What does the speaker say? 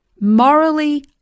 morally